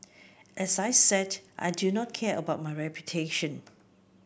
as I said I do not care about my reputation